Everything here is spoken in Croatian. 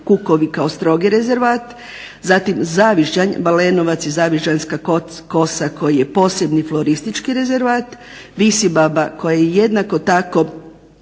kukovi kao strogi rezervat, zatim Zavižanja, Balenovac i Zvižanska kosa koji je posebni floristički rezervat, Visibaba koja je jednako tako